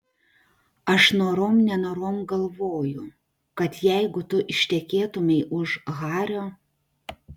aš norom nenorom galvoju kad jeigu tu ištekėtumei už hario